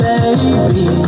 Baby